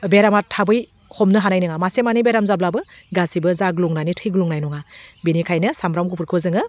बेरामा थाबै हमनो हानाय नङा मासे मानै बेराम जाब्लाबो गासिबो जाग्लुंनानै थैग्लुंनाय नङा बेनिखायनो सामब्राम गुफुरखौ जोङो